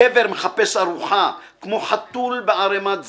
גבר מחפש ארוחה כמו חתול בערימת זבל,